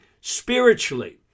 spiritually